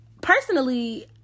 personally